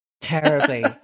Terribly